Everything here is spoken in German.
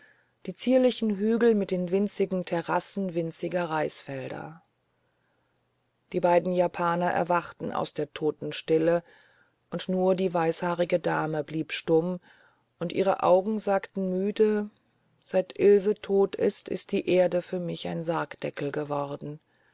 die zierlichen hügel mit den winzigen terrassen winziger reisfelder die beiden japaner erwachten aus der totenstille und nur die weißhaarige dame blieb stumm und ihre augen sagten müde seit ilse tot ist ist die erde für mich ein sargdeckel geworden